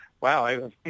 Wow